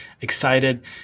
excited